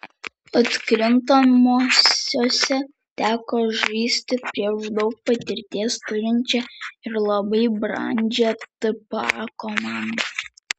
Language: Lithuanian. atkrintamosiose teko žaisti prieš daug patirties turinčią ir labai brandžią tpa komandą